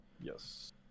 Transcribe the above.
Yes